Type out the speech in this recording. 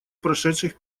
прошедших